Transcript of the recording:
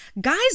Guys